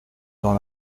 dans